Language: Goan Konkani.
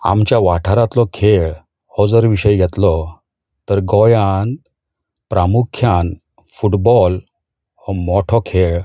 आमच्या वाठारांतलो खेळ हो जर आमी विशय घेतलो तर गोंयांत प्रामुख्यान फुटबॉल हो मोठो खेळ